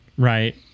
Right